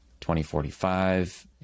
2045